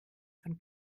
von